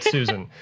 Susan